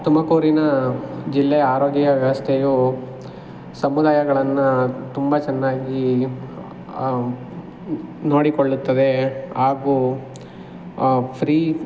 ತುಮಕೂರಿನ ಜಿಲ್ಲೆ ಆರೋಗ್ಯ ವ್ಯವಸ್ಥೆಯು ಸಮುದಾಯಗಳನ್ನು ತುಂಬ ಚೆನ್ನಾಗಿ ನೋಡಿಕೊಳ್ಳುತ್ತದೆ ಹಾಗೂ ಫ್ರೀ